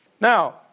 Now